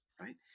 right